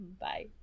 Bye